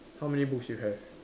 how many books you have